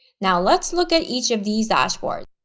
now let's look at each of these dashboards.